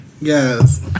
Yes